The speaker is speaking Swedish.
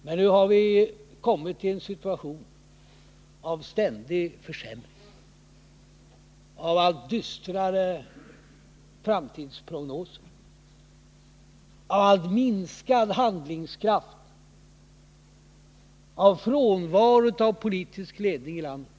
Men nu har vi kommit in i en situation med ständig försämring, allt dystrare prognoser, allt mindre handlingskraft och frånvaro av politisk ledning i landet.